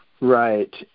Right